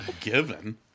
given